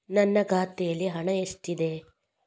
ನನ್ನ ಖಾತೆಯಲ್ಲಿ ಹಣ ಎಷ್ಟಿದೆ?